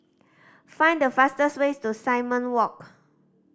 find the fastest way to Simon Walk